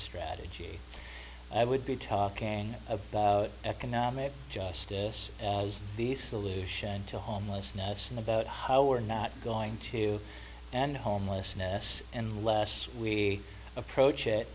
strategy i would be talking of economic justice as the solution to homelessness and about how we're not going to and homelessness unless we approach it